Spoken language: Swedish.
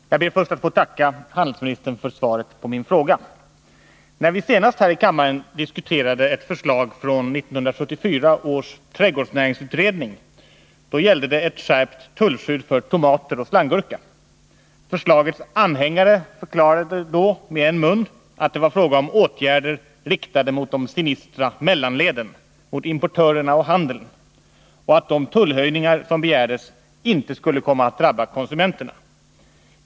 Herr talman! Jag ber först att få tacka handelsministern för svaret på min fråga. När vi senast här i kammaren diskuterade ett förslag från 1974 års trädgårdsnäringsutredning gällde det ett skärpt tullskydd för tomater och slanggurka. Förslagets anhängare förklarade då, med en mun, att det var fråga om åtgärder riktade mot de sinistra mellanleden, mot importörerna och handeln, och att de tullhöjningar som begärdes inte skulle komma att drabba konsumenterna.